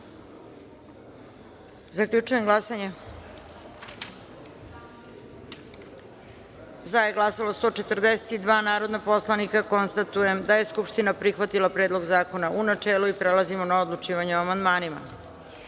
da je za glasalo 142 narodna poslanika. Konstatuje da je Skupština prihvatila Predlog zakona u načelu. Prelazimo na odlučivanje o amandmanima. Na